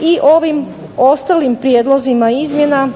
I ovim ostalim prijedlozima izmjena